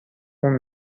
خون